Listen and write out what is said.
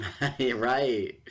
Right